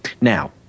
Now